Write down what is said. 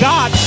God